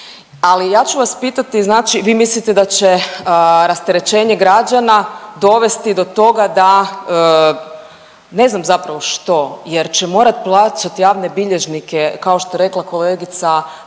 ali ja ću vas pitati, znači vi mislite da će rasterećenje građana dovesti do toga da, ne znam zapravo što jer će morat plaćat javne bilježnike kao što je rekla kolegice